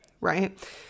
right